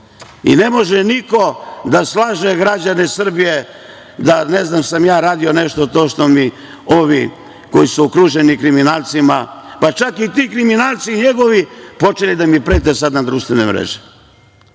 Ne može niko da slaže građane Srbije da sam ja radio nešto što mi ovi koji su okruženi kriminalcima, pa čak i ti kriminalci njegovi počeli da mi prete sada na društvenim mrežama.